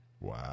Wow